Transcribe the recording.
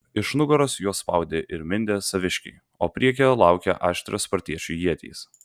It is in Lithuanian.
iš nugaros juos spaudė ir mindė saviškiai o priekyje laukė aštrios spartiečių ietys